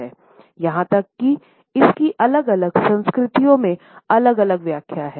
यहां तक कि इसकी अलग अलग संस्कृतियों में अलग व्याख्या है